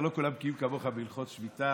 לא כולם בקיאים כמוך, מר האוזר, בהלכות שמיטה,